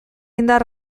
indar